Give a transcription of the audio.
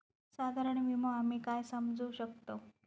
साधारण विमो आम्ही काय समजू शकतव?